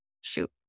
shoot